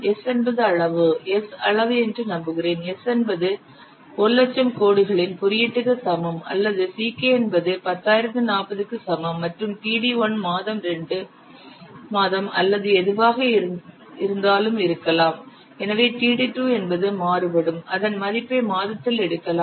S என்பது அளவு S அளவு என்று நம்புகிறேன் S என்பது 100000 கோடுகளின் குறியீட்டுக்கு சமம் அல்லது Ck 10040 க்கு சமம் மற்றும் td 1 மாதம் 2 மாதம் அல்லது எதுவாக இருந்தாலும் இருக்கலாம் எனவே td என்பது மாறுபடும் அதன் மதிப்பை மாதத்தில் எடுக்கலாம்